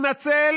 התנצל